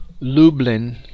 Lublin